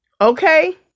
okay